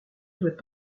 doit